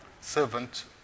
servant